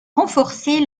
renforcer